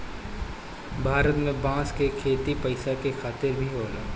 भारत में बांस क खेती पैसा के खातिर भी होला